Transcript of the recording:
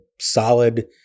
solid